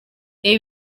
ibi